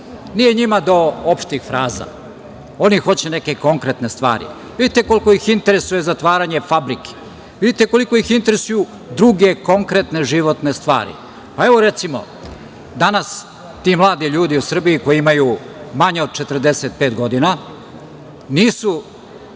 nije njima do opštih fraza, oni hoće neke konkretne stvari. Vidite koliko ih interesuje zatvaranje fabrike, vidite koliko ih interesuju druge konkretne životne stvari. Recimo, danas ti mladi ljudi u Srbiji koji imaju manje od 45 godina nisu